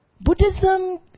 Buddhism